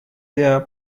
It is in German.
der